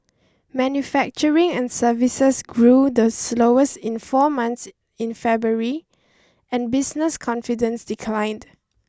manufacturing and services grew the slowest in four months in February and business confidence declined